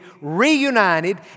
reunited